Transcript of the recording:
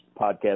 podcast